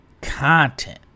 content